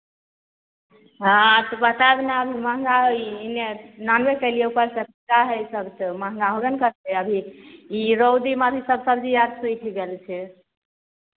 हँ तऽ बरसातमे अभी महङ्गा ई एन्ने नानबे केलियै उपरसँ सभ तऽ महङ्गा होबे ने करतै अभी ई रौदी मारै सभ सबजी आर सुखि गेल छै